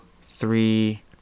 three